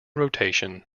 rotation